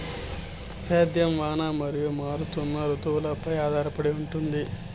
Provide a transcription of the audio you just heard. సేద్యం వాన మరియు మారుతున్న రుతువులపై ఆధారపడి ఉంటుంది